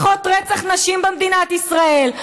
פחות רצח נשים במדינת ישראל,